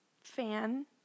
fan